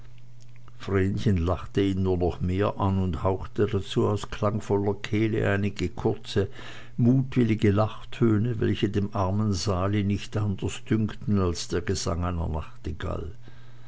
lachte ihn nur noch mehr an und hauchte dazu aus klangvoller kehle einige kurze mutwillige lachtöne welche dem armen sali nicht anders dünkten als der gesang einer nachtigall